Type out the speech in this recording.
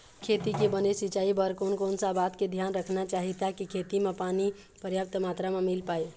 खेती के बने सिचाई बर कोन कौन सा बात के धियान रखना चाही ताकि खेती मा पानी पर्याप्त मात्रा मा मिल पाए?